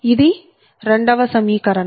ఇది 2 వ సమీకరణం